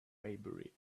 maybury